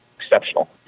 exceptional